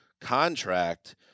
contract